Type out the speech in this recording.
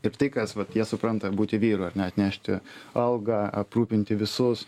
ir tai kas vat jie supranta būti vyru ar ne atnešti algą aprūpinti visus